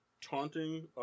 taunting